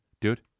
Dude